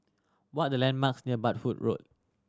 what are the landmarks near Road